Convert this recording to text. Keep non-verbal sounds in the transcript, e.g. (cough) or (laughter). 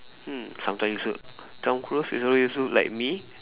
mm sometimes (noise) Tom Cruise you know he look like me